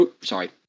Sorry